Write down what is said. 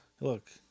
look